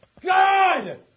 God